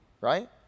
right